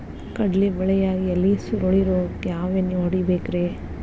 ಕಡ್ಲಿ ಬೆಳಿಯಾಗ ಎಲಿ ಸುರುಳಿ ರೋಗಕ್ಕ ಯಾವ ಎಣ್ಣಿ ಹೊಡಿಬೇಕ್ರೇ?